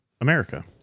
America